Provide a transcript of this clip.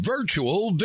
Virtual